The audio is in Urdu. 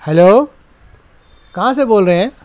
ہیلو کہاں سے بول رہے ہیں